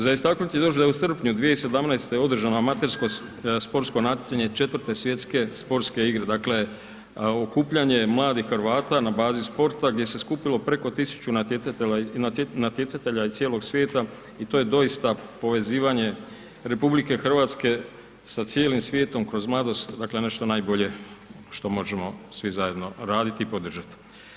Za istaknuti još da je u srpnju 2017. održano amatersko sportsko natjecanje 4. Svjetske sportske igre, dakle okupljanje mladih Hrvata na bazi sporta gdje se skupilo preko 1000 natjecatelja iz cijelog svijeta i to je doista povezivanje RH sa cijelim svijetom kroz mladost, dakle ono što najbolje što možemo svi raditi, podržati.